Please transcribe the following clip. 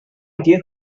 idea